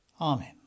Amen